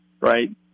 right